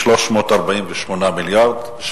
הוא 348 מיליארד.